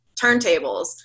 turntables